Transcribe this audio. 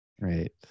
Right